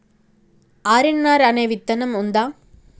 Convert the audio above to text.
RNR అనే విత్తనం ఉందా?